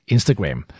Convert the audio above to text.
Instagram